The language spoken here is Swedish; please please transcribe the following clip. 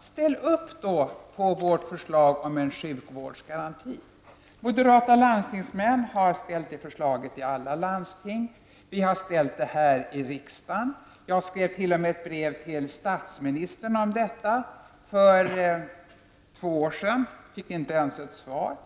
ställ då upp på vårt förslag om en sjukvårdsgaranti! Moderata landstingsmän har framställt det förslaget i alla landsting. Även här i riksdagen har förslaget framställts. För två år sedan skrev jag t.o.m. ett brev till statsministern om detta. Men jag har inte fått något svar.